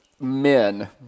men